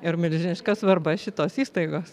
ir milžiniška svarba šitos įstaigos